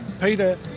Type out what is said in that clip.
Peter